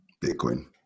Bitcoin